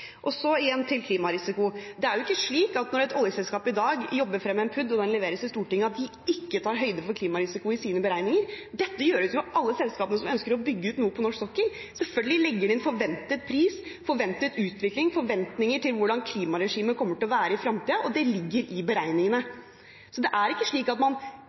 Så igjen til klimarisiko: Det er jo ikke slik når et oljeselskap i dag jobber frem en PUD – plan for utbygging og drift – og den leveres i Stortinget, at de ikke tar høyde for klimarisiko i sine beregninger. Dette gjøres av alle selskapene som ønsker å bygge ut noe på norsk sokkel. Selvfølgelig legger de inn forventet pris, forventet utvikling, forventninger til hvordan klimaregimet kommer til å være i fremtiden, og det ligger i beregningene. Så det er ikke slik at man